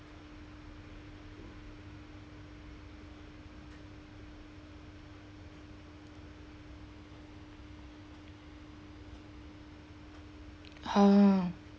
ah